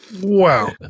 Wow